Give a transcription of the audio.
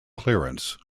clearance